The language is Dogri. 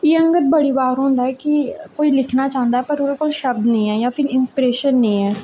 जि'यां कि बड़ी बार होंदा ऐ कि कोई लिखना चांह्दा ऐ पर ओह्दे कोल शव्द नेईं ऐ जां फिर इंसपिरैशन नेईं ऐ